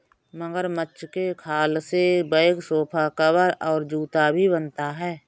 मगरमच्छ के खाल से बैग सोफा कवर और जूता भी बनता है